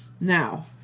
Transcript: Now